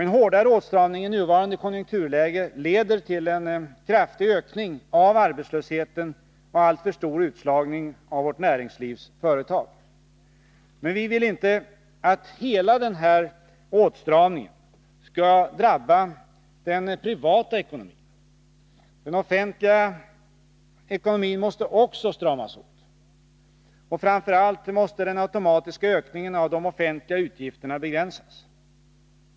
En hårdare åtstramning i nuvarande konjunkturläge leder till en kraftig ökning av arbetslösheten och en alltför stor utslagning av vårt näringslivs företag. Men vi vill inte att hela denna åtstramning skall drabba den privata ekonomin. Också den offentliga ekonomin måste stramas åt. Framför allt måste den automatiska ökningen av de offentliga utgifterna begränsas.